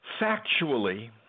factually